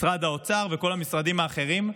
משרד האוצר וכל המשרדים האחרים: